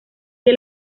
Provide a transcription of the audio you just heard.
que